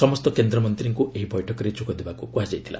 ସମସ୍ତ କେନ୍ଦ୍ରମନ୍ତ୍ରୀଙ୍କୁ ଏହି ବୈଠକରେ ଯୋଗଦେବାକୁ କୁହାଯାଇଥିଲା